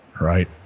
right